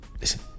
listen